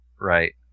right